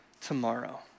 tomorrow